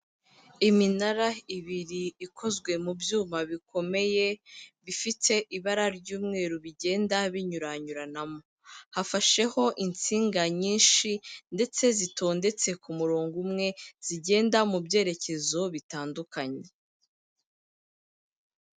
Iminara ibiri ikozwe mu byuma bikomeye bifite ibara ry'umweru bigenda binyuranyuranamo. Hafasheho insinga nyinshi ndetse zitondetse ku murongo umwe zigenda mu byerekezo bitandukanye.